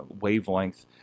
wavelength